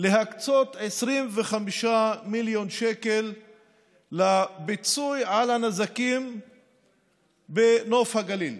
להקצות 25 מיליון שקל לפיצוי על הנזקים בנוף הגליל,